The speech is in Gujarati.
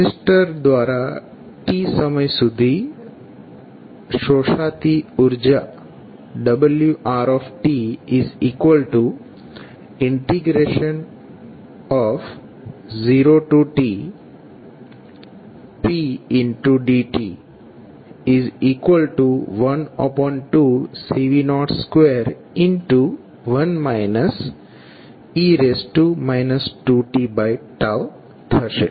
રેઝિસ્ટર દ્વારા t સમય સુધી શોષાતી ઉર્જા wR0tp dt 12CV02 1 e 2t થશે